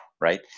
right